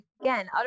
again